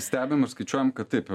stebim ir skaičiuojam kad taip